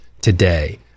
today